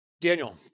Daniel